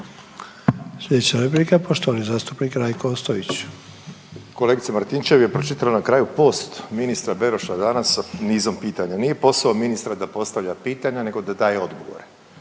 Sljedeća replika poštovani zastupnik Rajko Ostojić. **Ostojić, Rajko (SDP)** Kolegice Martinčev je pročitala na kraju post ministra Beroša danas nizom pitanja. Nije posao ministra da postavlja pitanje nego da daje odgovore,